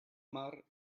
mar